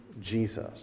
Jesus